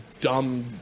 dumb